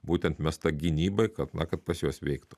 būtent mesta gynybai kad na kad pas juos veiktų